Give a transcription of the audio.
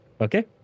Okay